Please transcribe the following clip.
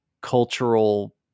cultural